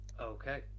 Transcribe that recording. Okay